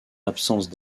absence